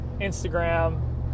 Instagram